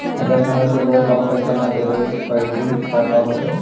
अगर समय से लोन बाला पैसा न दे पईबै तब का होतै?